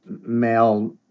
male